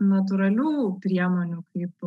natūralių priemonių kaip